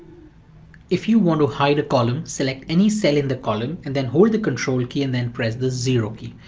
if you want to hide a column, select any cell in the column and then hold the control key and then press the zero key,